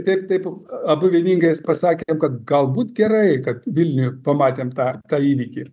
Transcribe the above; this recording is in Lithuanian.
taip taip abu vieningai pasakėm kad galbūt gerai kad vilniuj pamatėm tą įvykį